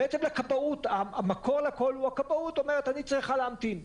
ובעצם המקור לכל הוא הכבאות שאומרת: אני צריכה להמתין.